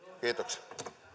kiitoksia